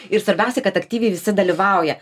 ir svarbiausia kad aktyviai visi dalyvauja